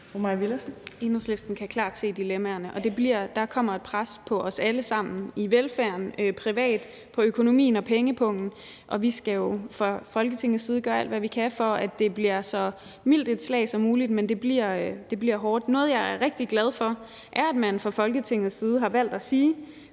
Villadsen (EL): I Enhedslisten kan vi klart se dilemmaerne. Der kommer et pres på os alle sammen. Det er på velfærden, privat, i økonomien og på pengepungen. Vi skal jo fra Folketingets side gøre alt, hvad vi kan, for at det bliver et så mildt slag som muligt, men det bliver hårdt. Noget, jeg er rigtig glad for, er, at man fra Folketingets side har valgt at sige: